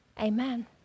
Amen